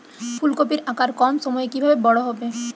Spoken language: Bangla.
ফুলকপির আকার কম সময়ে কিভাবে বড় হবে?